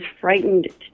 frightened